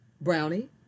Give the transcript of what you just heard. Brownie